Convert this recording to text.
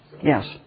Yes